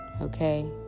Okay